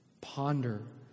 ponder